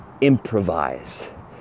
improvise